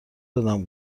دادم